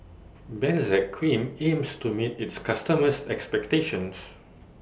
Benzac Cream aims to meet its customers' expectations